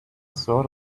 sort